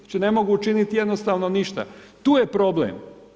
Znači ne mogu učiniti jednostavno ništa, tu je problem.